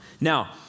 Now